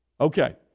Okay